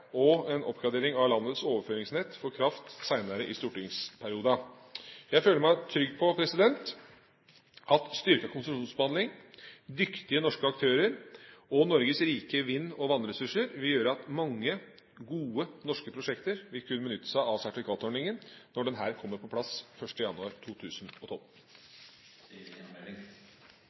og en oppgradering av landets overføringsnett for kraft senere i stortingsperioden. Jeg føler meg trygg på at styrket konsesjonsbehandling, dyktige norske aktører og Norges rike vind- og vannressurser vil gjøre at mange gode norske prosjekter vil kunne benytte seg av sertifikatordningen når denne kommer på plass 1. januar 2012.